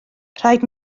rhaid